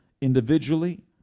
individually